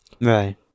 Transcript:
Right